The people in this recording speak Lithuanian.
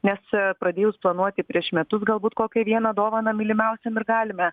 nes pradėjus planuoti prieš metus galbūt kokią vieną dovaną mylimiausiam ir galime